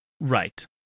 Right